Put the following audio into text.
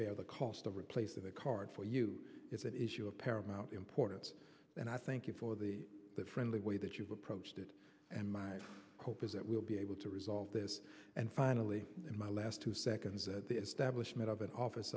bear the cost of replacing the card for you it is your paramount importance and i thank you for the friendly way that you've approached it and my hope is that we'll be able to resolve this and finally in my last two seconds that the establishment of an office